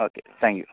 okay thank you